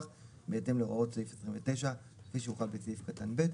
בהתאם להוראות סעיף 29 כפי שהוא חל בסעיף קטן (ב)